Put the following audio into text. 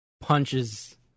punches